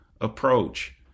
approach